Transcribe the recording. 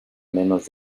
menos